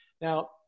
Now